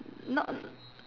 not